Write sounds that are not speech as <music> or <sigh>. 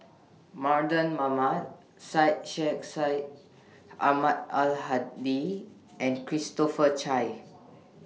Mardan Mamat Syed Sheikh Syed Ahmad Ai Hadi and Christopher Chia <noise>